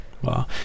Wow